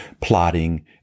plotting